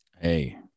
Hey